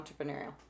entrepreneurial